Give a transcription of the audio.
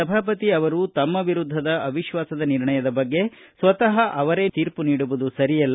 ಸಭಾಪತಿ ಅವರು ತಮ್ಮ ವಿರುದ್ಧದ ಅವಿಶ್ವಾಸದ ನಿರ್ಣಯದ ಬಗ್ಗೆ ಸ್ವತಃ ಅವರೇ ತೀರ್ಪು ನೀಡುವುದು ಸರಿಯಲ್ಲ